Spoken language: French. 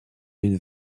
une